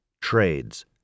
trades